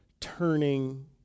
turning